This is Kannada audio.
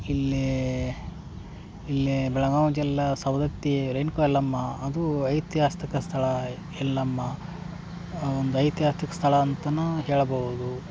ಇಲ್ಲಿ ಇಲ್ಲೆ ಬೆಳಗಾಂವ್ ಜಿಲ್ಲ ಸವ್ದತ್ತಿ ರೇಣುಕ ಎಲ್ಲಮ್ಮ ಅದು ಐತಿಹಾಸಿಕ ಸ್ಥಳ ಯಲ್ಲಮ್ಮ ಆ ಒಂದು ಐತಿಹಾತಿಕ ಸ್ಥಳ ಅಂತನೂ ಹೇಳಬಹುದು